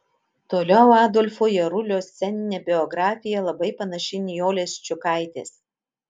toliau adolfo jarulio sceninė biografija labai panaši į nijolės ščiukaitės